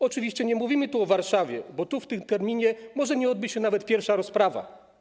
Oczywiście nie mówimy o Warszawie, bo tu w tym terminie może nie odbyć się nawet pierwsza rozprawa.